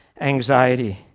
anxiety